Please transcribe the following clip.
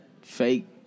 fake